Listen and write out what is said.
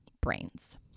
brains